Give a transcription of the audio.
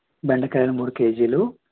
బెండకాయలు మూడు కేజీలు